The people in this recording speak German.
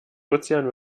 ozean